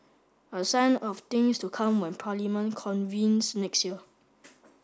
a sign of things to come when Parliament convenes next year